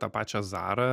tą pačią zarą